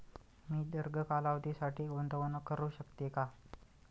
मी दीर्घ कालावधीसाठी गुंतवणूक करू शकते का?